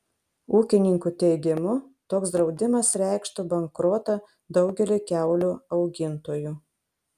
ūkininkų teigimu toks draudimas reikštų bankrotą daugeliui kiaulių augintojų